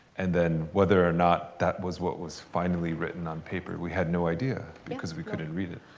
and then whether or not that was what was finally written on paper, we had no idea. because we couldn't read it.